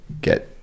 get